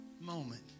moment